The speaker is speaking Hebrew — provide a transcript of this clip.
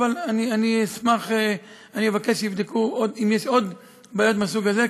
אבל אני אבקש שיבדקו אם יש עוד בעיות מהסוג הזה,